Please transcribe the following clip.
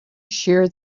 shear